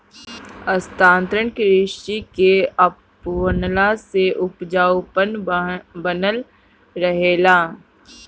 स्थानांतरण कृषि के अपनवला से उपजाऊपन बनल रहेला